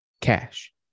cash